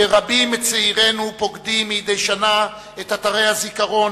ורבים מצעירינו פוקדים מדי שנה את אתרי הזיכרון,